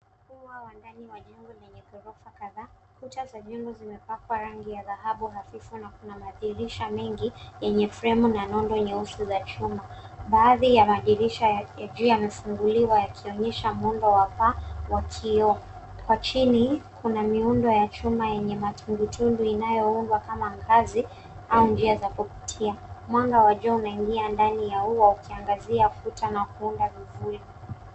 Pia wa ndani wa jengo lenye ghorofa kadhaa. Kuta za jengo zimepakwa rangi ya dhahabu hafifu na kuna madirisha mengi yenye fremu na nondo nyeusi za chuma. Baadhi ya madirisha ya juu yamefunguliwa yakionyesha muundo wa paa wa kioo. Kwa chini kuna miundo ya chuma yenye matundutundu inayoundwa kama ngazi au njia za kupitia. Mwanga wa juu unaingia ndani ya huo ukiangazia kuta na kuunda vivuli.